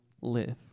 live